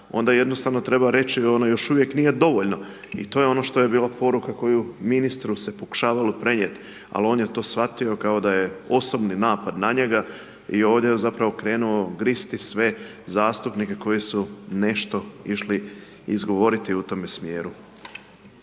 onda jednostavno treba reći da ono još uvijek nije dovoljno i to je ono što je bila poruka koju ministru se pokušavalo prenijeti ali on je to shvatio kao da je osobni napad na njega i ovdje je zapravo krenuo gristi sve zastupnike koji su nešto išli izgovoriti u tome smjeru.